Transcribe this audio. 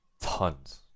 tons